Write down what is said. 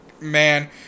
man